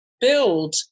build